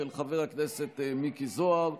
של חבר הכנסת מיקי זוהר.